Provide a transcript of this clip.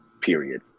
period